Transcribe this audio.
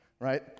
right